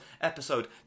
episode